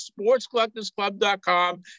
sportscollectorsclub.com